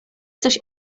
coś